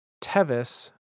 Tevis